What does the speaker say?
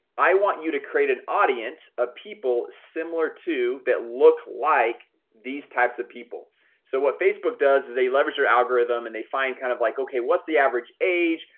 i want you to create an audience of people similar to that look like these types of people so what facebook does is they leverage their algorithm and they find kind of like, okay. what's the average age?